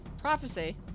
Prophecy